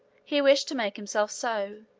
he wished to make himself so.